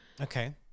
Okay